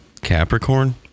Capricorn